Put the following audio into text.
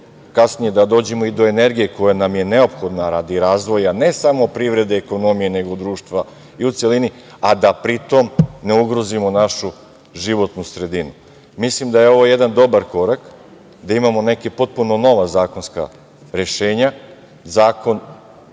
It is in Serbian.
kasnije dođemo i do energije koja nam je neophodna radi razvoja ne samo privrede i ekonomije, nego društva i u celini, a da pritom ne ugrozimo našu životnu sredinu. Mislim da je ovo jedan dobar korak da imamo neka potpuno nova zakonska rešenja. Zakon